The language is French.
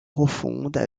profondes